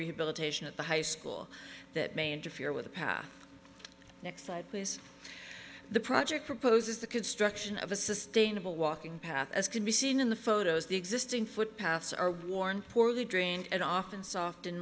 rehabilitation at the high school that may interfere with the path next slide please the project proposes the construction of a sustainable walking path as can be seen in the photos the existing footpaths are worn poorly drained and often soft